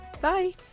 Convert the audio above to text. Bye